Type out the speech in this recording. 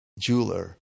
jeweler